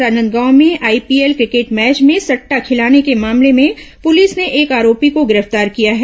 राजनादगांव में IPL cricket match में सट्टा खिलाने के मामले पुलिस ने एक आरोपी को गिरफ्तार किया है